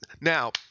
now